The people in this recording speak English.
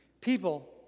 People